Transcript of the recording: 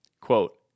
Quote